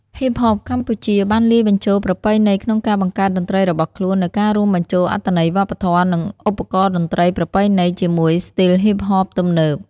ហ៊ីបហបកម្ពុជា បានលាយបញ្ចូលប្រពៃណីក្នុងការបង្កើតតន្ត្រីរបស់ខ្លួនដោយការរួមបញ្ចូលអត្ថន័យវប្បធម៌ និងឧបករណ៍តន្ត្រីប្រពៃណីជាមួយស្ទីលហ៊ីបហបទំនើប។